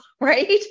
right